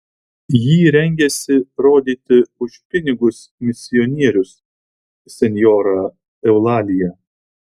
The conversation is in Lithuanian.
jį rengiasi rodyti už pinigus misionierius senjora eulalija